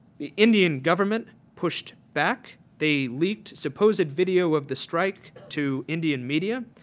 the indian government pushed back, the lisa so posted video of the strike to indian media.